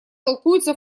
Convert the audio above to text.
толкуются